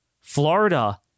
Florida